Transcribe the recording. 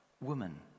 woman